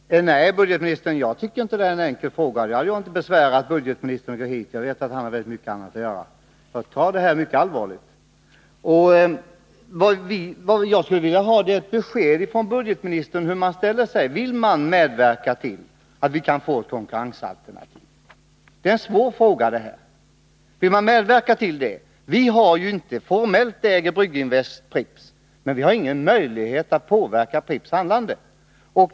Herr talman! Nej, budgetministern, jag tycker inte att det här är någon enkel fråga. Då hade jag inte besvärat budgetministern att gå hit, för jag vet att han har väldigt mycket annat att göra. Jag tar detta mycket allvarligt. Vad jag skulle vilja ha är ett besked från budgetministern om hur man ställer sig. Vill man medverka till att vi skall få ett konkurrensalternativ? Det är en svår fråga. Formellt äger Brygginvest Pripps, men vi har ingen möjlighet att påverka Pripps handlande.